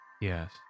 Yes